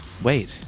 Wait